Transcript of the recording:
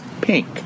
pink